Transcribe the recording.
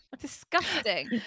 Disgusting